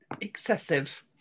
Excessive